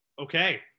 Okay